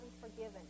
forgiven